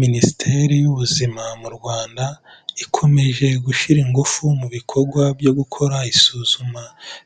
Minisiteri y'ubuzima mu Rwanda, ikomeje gushyira ingufu mu bikorwa byo gukora isuzuma